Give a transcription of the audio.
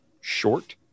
short